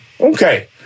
okay